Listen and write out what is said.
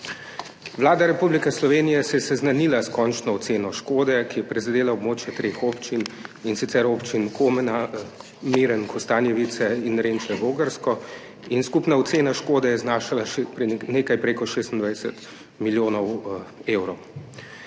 Vlada Republike Slovenije se je seznanila s končno oceno škode, ki je prizadela območje treh občin, in sicer občin Komen, Miren - Kostanjevica in Renče – Vogrsko. Skupna ocena škode je znašala nekaj čez 26 milijonov evrov.